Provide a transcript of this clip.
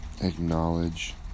acknowledge